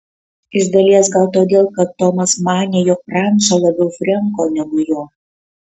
iš dalies gal todėl kad tomas manė jog ranča labiau frenko negu jo